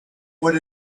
what